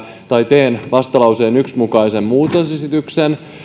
teen vastalauseen yhden mukaisen muutosesityksen